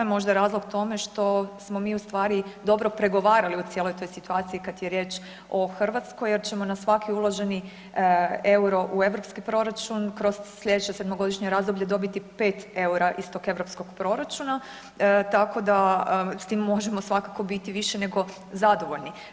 Možda je razlog tome što smo mi, u stvari, dobro pregovarali u cijeloj toj situaciji, kad je riječ o Hrvatskoj, jer ćemo na svaki uloženi euro u europski proračun kroz sljedeće sedmogodišnje razdoblje dobiti pet eura iz tog europskog proračuna, tako da s time možemo biti više nego zadovoljno.